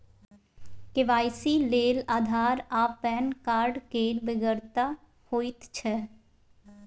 KYC लेल आधार आ PAN card केर बेगरता होइत छै